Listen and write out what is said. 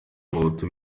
abahutu